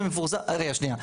מה שמפורסם, רגע, שנייה.